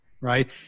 right